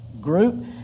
group